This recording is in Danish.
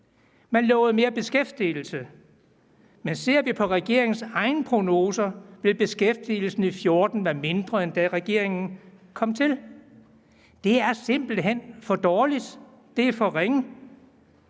Man lovede mere beskæftigelse, men ser vi på regeringens egne prognoser, kan vi se, at beskæftigelsen i 2014 vil være mindre, end da regeringen kom til. Det er simpelt hen for dårligt. Det er for ringe.